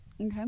Okay